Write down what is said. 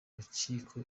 rukiko